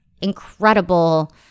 incredible